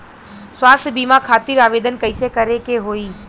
स्वास्थ्य बीमा खातिर आवेदन कइसे करे के होई?